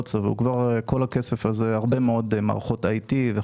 כל הכסף הזה להרבה מאוד מערכות IT וכולי.